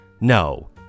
No